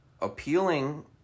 appealing